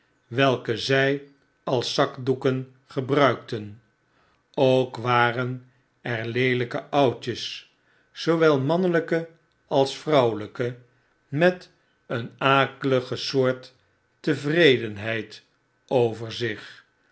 welke zij als zakdoeken gebruikten ook waren er leeiyke oudjes zoowel manneiyke als vrouweiyke met een akelige soort tevredenheid